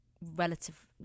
relative